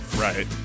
Right